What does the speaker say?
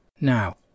Now